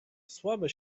słabe